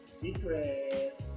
secret